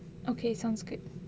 okay sounds good